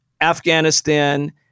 Afghanistan